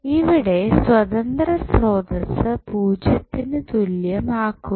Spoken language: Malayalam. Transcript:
ഇവിടെ സ്വതന്ത്ര സ്രോതസ്സ് പൂജ്യത്തിനു തുല്യം ആക്കുക